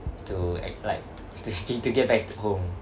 to ac~ like to to get back to home